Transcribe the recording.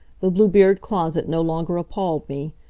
the blue-beard closet no longer appalled me.